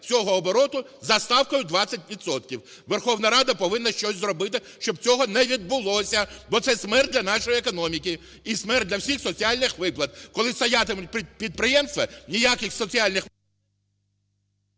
всього обороту за ставкою 20 відсотків. Верховна Рада повинна щось зробити, щоб цього не відбулося, бо це смерть для нашої економіки і смерть для всіх соціальних виплат. Коли стоятимуть підприємства, ніяких соціальних…